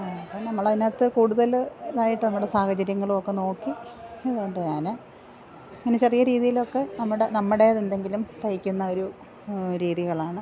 നമ്മൾ അതിനകത്ത് കൂടുതൽ ഇതായിട്ട് നമ്മടെ സാഹചര്യങ്ങളുമൊക്കെ നോക്കി അത് കൊണ്ട് ഞാൻ ഇനി ചെറിയ രീതിയിലൊക്കെ നമ്മുടെ നമ്മുടേത് എന്തെങ്കിലും തയ്ക്കുന്ന ഒരു രീതികളാണ്